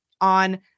on